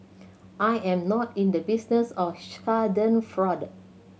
I am not in the business of schadenfreude